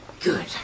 Good